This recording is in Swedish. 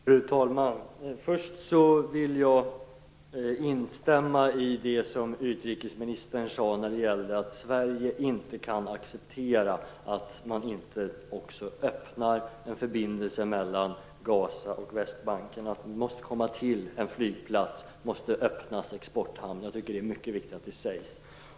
Fru talman! Först vill jag instämma i det som utrikesministern sade om att Sverige inte kan acceptera att man inte öppnar en förbindelse mellan Gaza och Västbanken. Det måste till en flygplats. En exporthamn måste öppnas. Det är viktigt att det sägs.